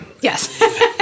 Yes